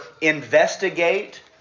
investigate